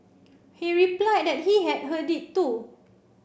he replied that he had heard it too